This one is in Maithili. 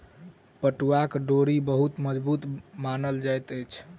पटुआक डोरी बहुत मजबूत मानल जाइत अछि